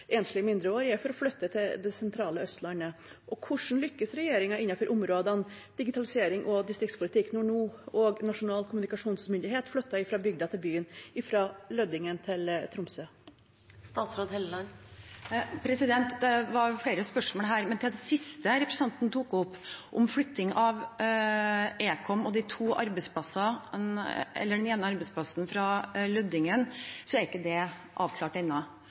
enslige mindreårige, for å flytte til det sentrale Østlandet? Hvordan lykkes regjeringen innenfor områdene digitalisering og distriktspolitikk når nå også Nasjonal kommunikasjonsmyndighet flytter fra bygda til byen, fra Lødingen til Tromsø? Det var flere spørsmål her, men til det siste representanten tok opp, om flytting av Nkom og den ene arbeidsplassen fra Lødingen, så er ikke det avklart ennå.